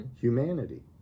humanity